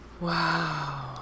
Wow